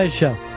show